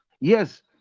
Yes